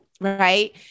Right